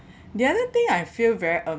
the other thing I feel very